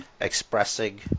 expressing